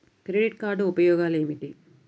Credit card ఉపయోగాలు ఏమిటి?